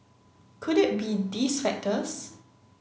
could it be these factors